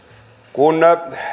kun